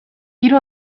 hiru